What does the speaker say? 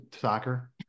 soccer